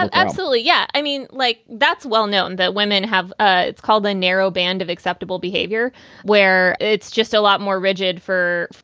and absolutely. yeah. i mean, like that's well-known that women have. ah it's called a narrow band of acceptable behavior where it's just a lot more rigid for.